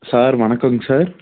sir வணக்கங்க sir